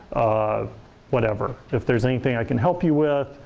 or whatever. if there's anything i can help you with,